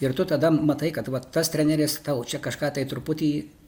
ir tu tada matai kad va tas treneris tau čia kažką tai truputį